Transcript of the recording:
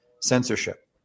censorship